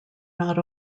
not